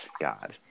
God